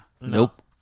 Nope